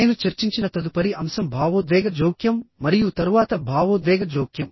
నేను చర్చించిన తదుపరి అంశం భావోద్వేగ జోక్యం మరియు తరువాత భావోద్వేగ జోక్యం